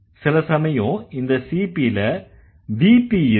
சில சமயம் இந்த CP ல VP இருக்கும்